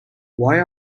why